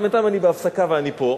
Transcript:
אבל בינתיים אני בהפסקה ואני פה,